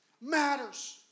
matters